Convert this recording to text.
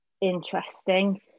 interesting